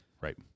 Right